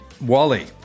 Wally